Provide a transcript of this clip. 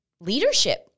leadership